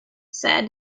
said